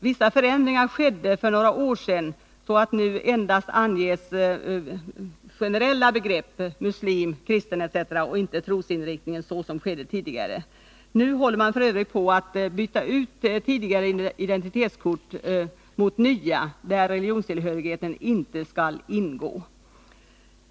Vissa förändringar skedde för några år sedan, så att nu endast anges generella begrepp — muslim, kristen etc. — och inte trosinriktningen, såsom tidigare var fallet. Nu håller man f. ö. på att byta ut tidigare identitetskort mot nya, där religionstillhörigheten inte skall skrivas in.